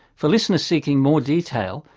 for listeners seeking more detail,